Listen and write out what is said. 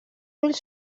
ulls